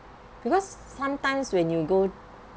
because sometimes when you go